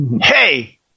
Hey